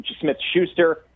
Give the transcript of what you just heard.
Smith-Schuster